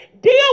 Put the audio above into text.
Deal